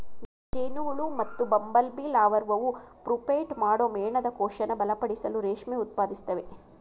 ಜೇನುಹುಳು ಮತ್ತುಬಂಬಲ್ಬೀಲಾರ್ವಾವು ಪ್ಯೂಪೇಟ್ ಮಾಡೋ ಮೇಣದಕೋಶನ ಬಲಪಡಿಸಲು ರೇಷ್ಮೆ ಉತ್ಪಾದಿಸ್ತವೆ